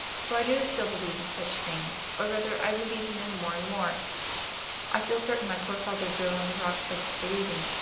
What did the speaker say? for i do still believe in such things, or rather i believe in them more and more i feel certain my poor father drove on the rocks by disbelieving,